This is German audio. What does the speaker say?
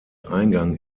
eingang